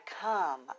come